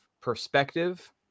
perspective